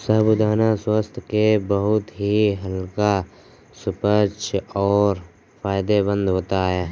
साबूदाना स्वास्थ्य के लिए बहुत ही हल्का सुपाच्य और फायदेमंद होता है